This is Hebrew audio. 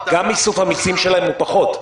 גם איסוף המיסים שלהם הוא פחות.